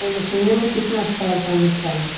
वही तो सुननेमे कितना अच्छा लगता है मिथिलामे